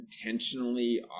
intentionally